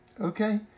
okay